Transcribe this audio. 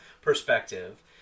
perspective